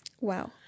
Wow